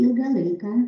ilgą laiką